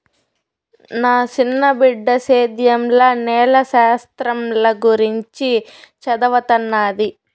నా సిన్న బిడ్డ సేద్యంల నేల శాస్త్రంల గురించి చదవతన్నాది